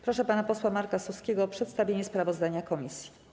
Proszę pana posła Marka Suskiego o przedstawienie sprawozdania komisji.